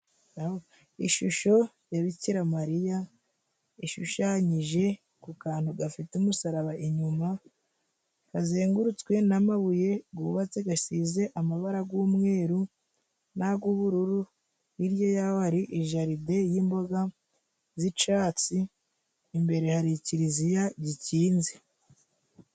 Ishusho ya Bikiramariya ishushanyije ku kantu gafite umusaraba, inyuma kazengurutswe n'amabuye gubatse gasize amabara g'umweru n'ag'ubururu. Hirya yaho hari ijaride y'imboga z'icatsi, imbere hari ikiliziya gikinze.